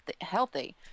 healthy